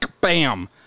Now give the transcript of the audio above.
bam